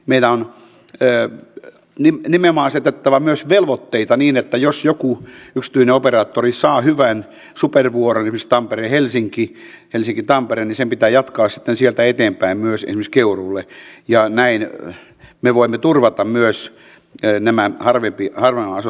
meidän on nimenomaan asetettava myös velvoitteita niin että jos joku yksityinen operaattori saa hyvän supervuoron niin kuin esimerkiksi tamperehelsinki helsinkitampere niin sen pitää jatkaa sitten myös sieltä eteenpäin esimerkiksi keuruulle ja näin me voimme turvata myös nämä harvaan asutut alueet